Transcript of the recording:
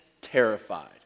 terrified